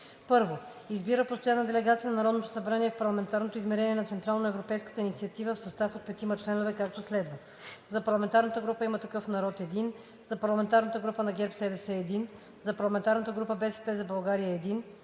1. Избира постоянна делегация на Народното събрание в Парламентарното измерение на Централноевропейската инициатива в състав от 5 членове, както следва: - за парламентарната група на „Има такъв народ“ – един; - за парламентарната група на „ГЕРБ-СДС“ – един; - за парламентарната група на „БСП за България“ – един;